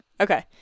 Okay